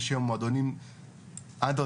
יש היום מועדונים אנדר-גראונד,